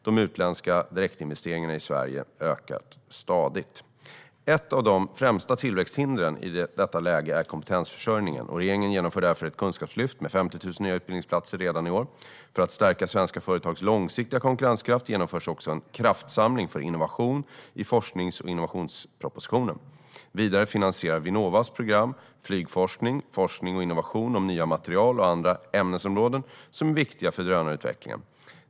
De utländska direktinvesteringarna i Sverige ökar stadigt. Ett av de främsta tillväxthindren i detta läge är kompetensförsörjningen, och regeringen genomför därför ett kunskapslyft med 50 000 nya utbildningsplatser redan i år. För att stärka svenska företags långsiktiga konkurrenskraft genomförs också en kraftsamling för innovation i forsknings och innovationspropositionen. Vidare finansierar Vinnovas program flygforskning, forskning och innovation om nya material och andra ämnesområden som är viktiga för drönarutvecklingen.